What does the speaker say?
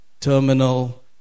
Terminal